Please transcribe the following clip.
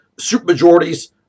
supermajorities